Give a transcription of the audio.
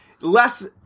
less